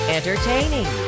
Entertaining